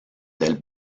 del